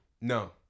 No